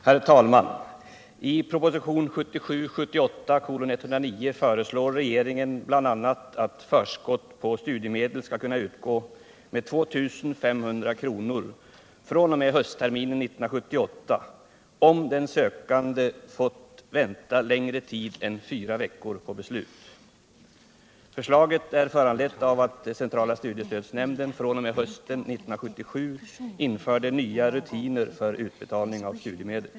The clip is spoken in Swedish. Herr talman! I propositionen 1977/78:109 föreslår regeringen bl.a. att förskott på studiemedel skall kunna utgå med 2 500 kr. fr.o.m. höstterminen 1978, om den sökande fått vänta längre tid än fyra veckor på beslut. Förslaget är föranlett av att centrala studiestödsnämnden fr.o.m. hösten 1977 införde nya rutiner för utbetalning av studiemedel.